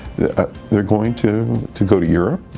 they're going to to go to europe,